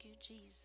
Jesus